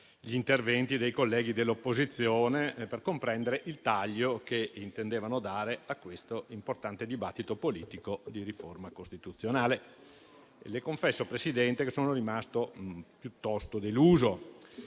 gli interventi dei colleghi dell'opposizione per comprendere il taglio che intendevano dare a questo importante dibattito politico sulla riforma costituzionale. Le confesso, Presidente, che sono rimasto piuttosto deluso.